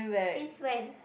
since when